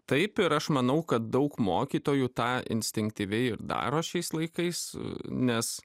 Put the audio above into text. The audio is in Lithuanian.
taip ir aš manau kad daug mokytojų tą instinktyviai ir daro šiais laikais nes